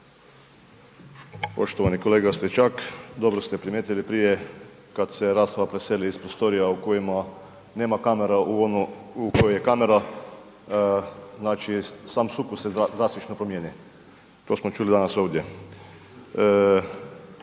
Poštovani kolega Stričak, dobro ste primijetili. Prije kad se rasprava preseli iz prostorija u kojima nema kamera u ono u koje je kamera, znači sam sukus se drastično promijeni. To smo čuli danas ovdje.